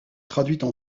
traduites